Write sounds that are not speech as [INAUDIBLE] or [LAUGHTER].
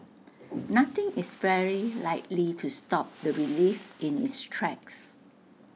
nothing is very likely to stop the relief in its tracks [NOISE]